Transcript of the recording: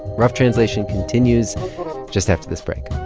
rough translation continues just after this break